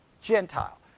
Gentile